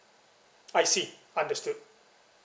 I see understood